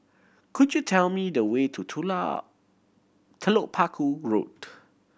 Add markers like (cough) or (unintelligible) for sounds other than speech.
could you tell me the way to (unintelligible) Telok Paku Road